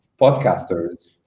podcasters